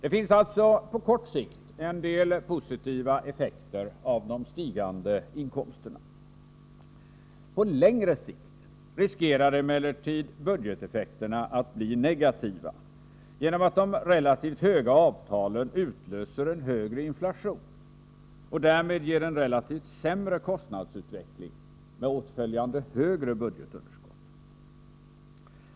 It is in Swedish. Det finns alltså på kort sikt en del positiva effekter av de stigande inkomsterna. På längre sikt riskerar emellertid budgeteffekterna att bli negativa genom att de relativt höga avtalen utlöser en högre inflation och därmed ger en relativt sämre kostnadsutveckling med åtföljande högre budgetunderskott.